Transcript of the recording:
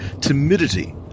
timidity